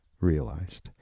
realized